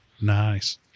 Nice